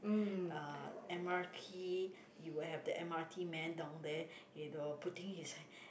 uh m_r_t you will have the m_r_t man down there you know putting his